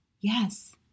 yes